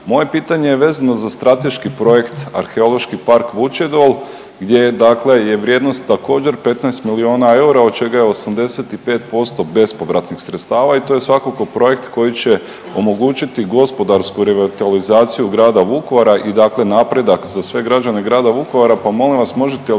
Moje pitanje je vezano za strateški projekt, Arheološki park Vučedol gdje je dakle je vrijednost također, 15 milijuna eura, od čega je 85% bespovratnih sredstava i to je svakako projekt koji će omogućiti gospodarsku revitalizaciju grada Vukovara i dakle napredak za sve građane grada Vukovara,